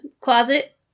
closet